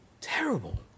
terrible